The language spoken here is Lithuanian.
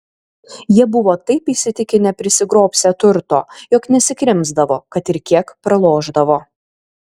jie buvo taip įsitikinę prisigrobsią turto jog nesikrimsdavo kad ir kiek pralošdavo